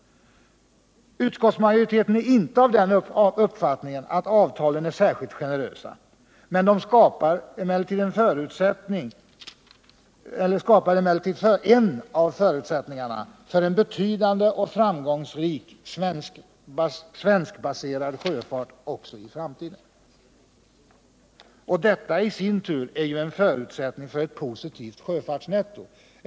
Utskottsmajoriteten är inte av den uppfattningen att avtalen är särskilt generösa. De skapar emellertid en av förutsättningarna för en betydande och framgångsrik svenskbaserad sjöfart också i framtiden. Detta är i sin tur en förutsättning för ett positivt sjöfartsnetto.